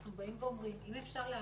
אנחנו באים ואומרים אם אפשר להקל,